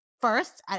first